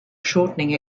shortening